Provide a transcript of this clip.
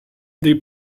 dei